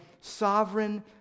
sovereign